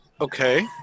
Okay